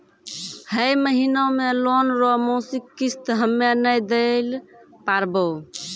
है महिना मे लोन रो मासिक किस्त हम्मे नै दैल पारबौं